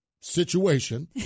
situation